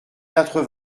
quatre